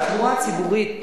התחבורה הציבורית,